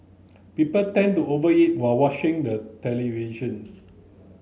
people tend to over eat while watching the television